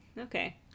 Okay